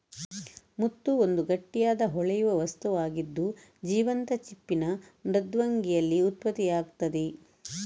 ಮುತ್ತು ಒಂದು ಗಟ್ಟಿಯಾದ, ಹೊಳೆಯುವ ವಸ್ತುವಾಗಿದ್ದು, ಜೀವಂತ ಚಿಪ್ಪಿನ ಮೃದ್ವಂಗಿಯಲ್ಲಿ ಉತ್ಪತ್ತಿಯಾಗ್ತದೆ